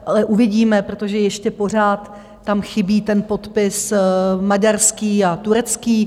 Ale uvidíme, protože ještě pořád tam chybí ten podpis maďarský a turecký.